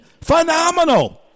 phenomenal